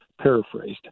paraphrased